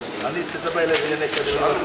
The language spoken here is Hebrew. אני לא יודע מה יקרה עוד שבע או שמונה